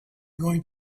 going